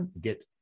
get